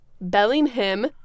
Bellingham